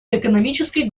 экономической